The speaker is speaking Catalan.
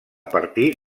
partir